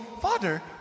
Father